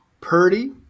Purdy